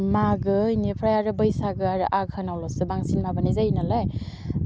मागो बेनिफ्राय आरो बैसागो आरो आघोनावल'सो बांसिन माबानाय जायो नालाय